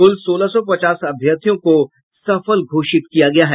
कुल सोलह सौ पचास अभ्यर्थियों को सफल घोषित किया गया है